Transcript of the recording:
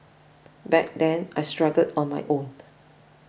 back then I struggled on my own